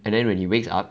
and then when he wakes up